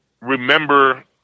remember